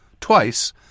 Twice